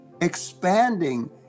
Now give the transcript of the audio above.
expanding